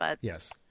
Yes